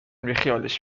بیخیالش